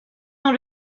dans